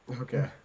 Okay